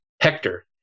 Hector